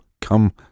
Come